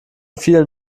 vielen